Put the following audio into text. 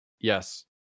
yes